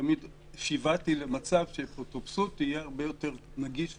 תמיד שיוועתי למצב שאפוטרופסות זה יהיה הרבה יותר נגיש וקל.